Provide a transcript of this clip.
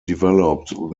developed